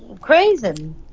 crazy